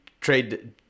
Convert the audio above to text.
trade